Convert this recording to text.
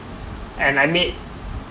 and I meet